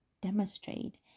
demonstrate